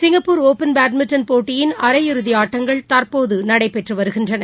Singapore open badminton போட்டியின் இறுதிஆட்டங்கள் அரை தற்போதுநடைபெற்றுவருகின்றன